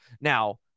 Now